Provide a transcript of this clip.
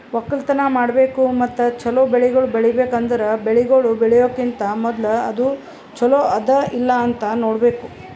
ಒಕ್ಕಲತನ ಮಾಡ್ಬೇಕು ಮತ್ತ ಚಲೋ ಬೆಳಿಗೊಳ್ ಬೆಳಿಬೇಕ್ ಅಂದುರ್ ಬೆಳಿಗೊಳ್ ಬೆಳಿಯೋಕಿಂತಾ ಮೂದುಲ ಅದು ಚಲೋ ಅದಾ ಇಲ್ಲಾ ನೋಡ್ಬೇಕು